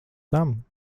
tam